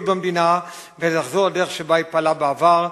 במדינה ולחזור לדרך שבה היא פעלה בעבר,